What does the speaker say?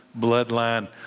bloodline